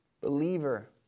Believer